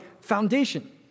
foundation